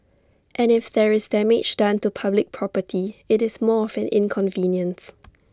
and if there is damage done to public property IT is more of an inconvenience